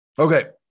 Okay